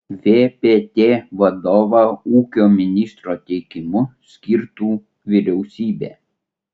vpt vadovą ūkio ministro teikimu skirtų vyriausybė